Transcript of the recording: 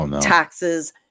taxes